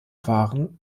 waren